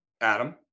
Adam